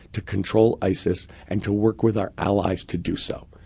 to control isis, and to work with our allies to do so.